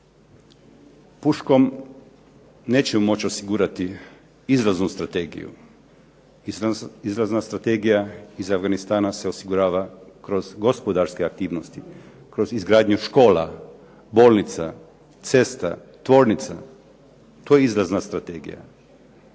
puškom nećemo moći osigurati …/Govornik se ne razumije./… strategiju, izlazna strategija iz Afganistana se osigurava kroz gospodarske aktivnosti, kroz izgradnju škola, bolnica, cesta, tvornica, to je izlazna strategija.